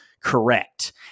correct